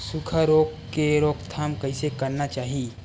सुखा रोग के रोकथाम कइसे करना चाही?